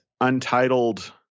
untitled